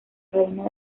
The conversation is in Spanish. reina